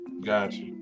Gotcha